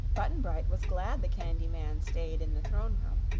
button-bright was glad the candy man stayed in the throne room,